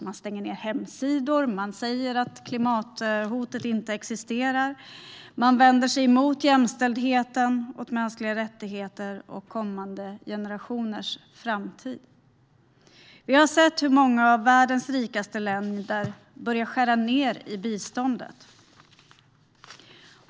Man stänger ned hemsidor. Man säger att klimathotet inte existerar. Man vänder sig mot jämställdheten, mänskliga rättigheter och kommande generationers framtid. Vi ser att många av världens rikaste länder börjar skära ned på biståndet.